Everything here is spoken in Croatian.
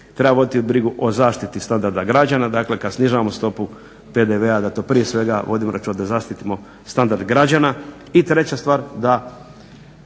treba voditi brigu o zaštiti standarda građana dakle kad snižavamo stopu PDV-a da to prije svega vodimo računa da zaštitimo standard građana. I treća stvar da